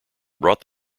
brought